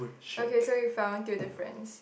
okay so you found through the friends